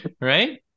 Right